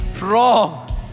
wrong